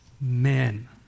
men